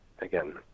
Again